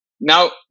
Now